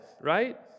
right